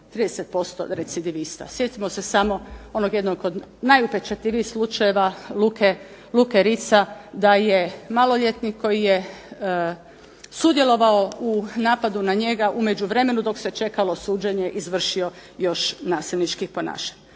30% recidivista. Sjetimo se samo onog jednog od najupečatljivijih slučajeva Luke Ritza da je maloljetnik koji je sudjelovao u napadu na njega u međuvremenu dok se čekalo suđenje izvršio još nasilničkih ponašanja.